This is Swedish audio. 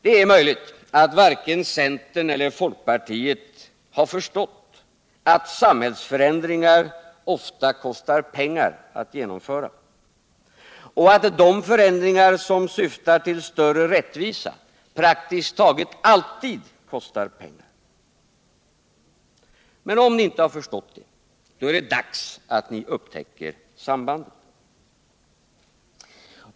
Det är möjligt att varken centern eller folkpartiet har förstått att samhällsförändringar ofta kostar pengar att genomföra — och att de förändringar som syftar till större rättvisa praktiskt taget alltid kostar pengar. Om ni inte har förstått det, är det dags att ni upptäcker det sambandet.